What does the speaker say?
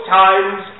times